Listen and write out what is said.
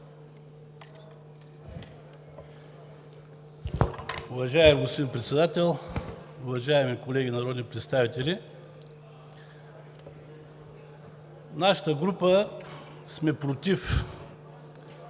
уважаеми колеги народни представители! Нашата група сме против